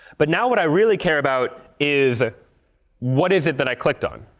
but now what i really care about is ah what is it that i clicked on.